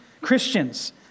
Christians